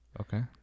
Okay